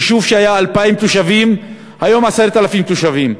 יישוב שהיה בן 2,000 תושבים והיום הוא בן 10,000 תושבים.